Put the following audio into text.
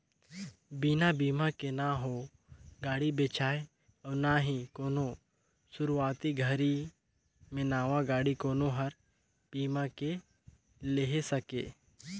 बिना बिमा के न हो गाड़ी बेचाय अउ ना ही कोनो सुरूवाती घरी मे नवा गाडी कोनो हर बीमा के लेहे सके